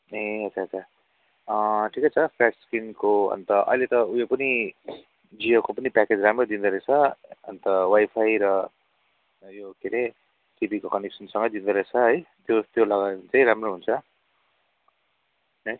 ए अच्छा अच्छा ठिकै छ प्राइस किनेको अन्त अहिले त उयो पनि जियोको पनि प्याकेज राम्रो दिँदो रहेछ अन्त वाइफाई र यो के अरे टिभीको कनेक्सनसँगै दिँदो रहेछ है त्यो त्यो लगायो भने चाहिँ राम्रो हुन्छ है